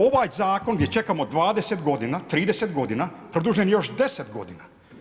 Ovaj zakon gdje čekamo 20 godina, 30 godina produžen još 10 godina.